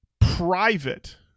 Private